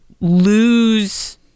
lose